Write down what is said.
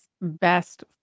best